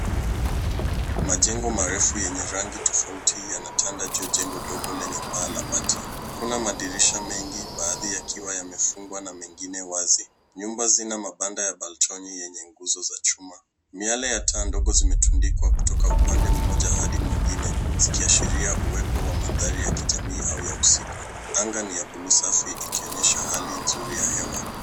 Majengo marefu yenye rangi tofauti yanatanda juu ya jengo ndogo lenye paa la bati. Kuna madirisha mengi baadhi yakiwa yamefungwa na mengine wazi. Nyumba zina mabanda ya balkoni yenye nguzo za chuma. Miale ya taa ndogo zimetundikwa kutoka upande mmoja hadi mwingine zikiashiria uwepo wa mandhari ya kijamii au ya usiku. Anga ni ya bluu safi ikionyesha hali nzuri ya hewa.